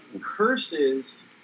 curses